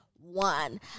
one